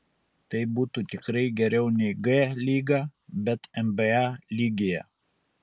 tai būtų tikrai geriau nei g lyga bet nba lygyje